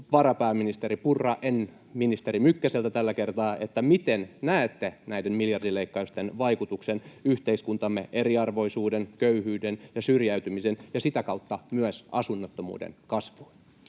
varapääministeri Purra, en ministeri Mykkäseltä tällä kertaa, miten näette näiden miljardileikkausten vaikutuksen yhteiskuntamme eriarvoisuuden, köyhyyden ja syrjäytymisen ja sitä kautta myös asunnottomuuden kasvuun.